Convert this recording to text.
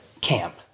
camp